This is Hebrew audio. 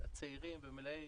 הצעירים ומלאי